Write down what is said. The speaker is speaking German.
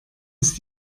ist